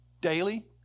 daily